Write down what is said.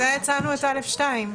בשביל זה הצענו את סעיף קטן (א2),